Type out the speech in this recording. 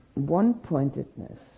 one-pointedness